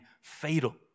fatal